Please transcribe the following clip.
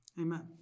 Amen